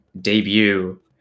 debut